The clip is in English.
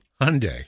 Hyundai